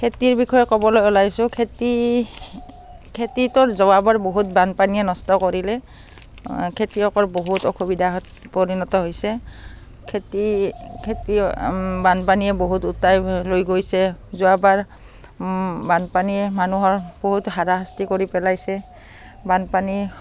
খেতিৰ বিষয়ে ক'বলৈ ওলাইছোঁ খেতি খেতিটো যোৱাবাৰ বহুত বানপানীয়ে নষ্ট কৰিলে খেতিয়কৰ বহুত অসুবিধাত পৰিণত হৈছে খেতি খেতি বানপানীয়ে বহুত উটাই লৈ গৈছে যোৱাবাৰ বানপানীয়ে মানুহৰ বহুত হাৰাশাস্তি কৰি পেলাইছে বানপানী